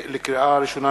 לקריאה ראשונה,